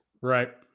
Right